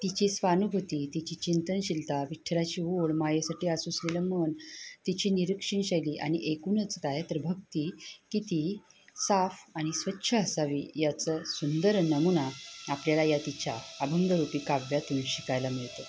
तिची स्वानुभूती तिची चिंतनशीलता विठ्ठलाची ओढ मायेसाठी आसूसलेलं मन तिची निरीक्षणशैली आणि एकूणच तायत्र भक्ती किती साफ आणि स्वच्छ असावी याचं सुंदर नमूना आपल्याला या तिच्या अभंगरूपी काव्यातून शिकायला मिळतो